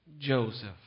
Joseph